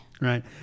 Right